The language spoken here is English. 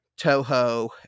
Toho